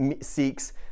seeks